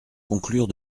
conclure